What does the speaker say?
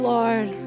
Lord